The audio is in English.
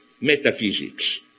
metaphysics